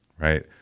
Right